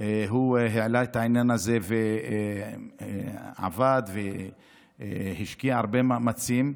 העלה את העניין הזה ועבד והשקיע הרבה מאמצים.